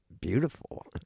beautiful